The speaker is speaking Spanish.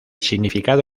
significado